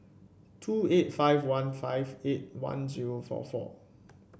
two eight five one five eight one zero four four